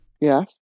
Yes